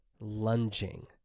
lunging